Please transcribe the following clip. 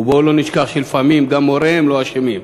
ובואו לא נשכח שלפעמים גם הוריהם לא אשמים.